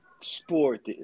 sport